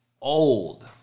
Old